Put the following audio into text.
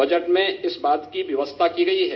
budget में इस बात की व्यवस्था की गई है